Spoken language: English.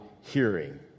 hearing